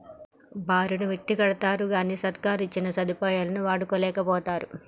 బారెడు మిత్తికడ్తరుగని సర్కారిచ్చిన సదుపాయాలు వాడుకోలేకపోతరు